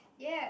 yes